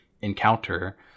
encounter